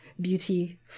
beauty